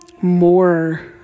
more